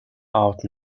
out